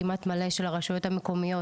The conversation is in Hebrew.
כמעט מלא של הרשויות המקומיות,